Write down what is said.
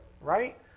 right